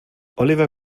oliver